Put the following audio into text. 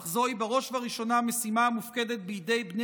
אך זוהי בראש וראשונה משימה המופקדת בידי בני